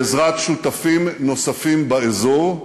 בעזרת שותפים נוספים באזור,